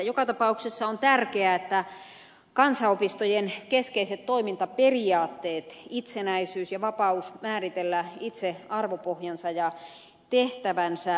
joka tapauksessa on tärkeää että kansanopistojen keskeiset toimintaperiaatteet itsenäisyys ja vapaus määritellä itse arvopohjansa ja tehtävänsä säilyvät